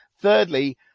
Thirdly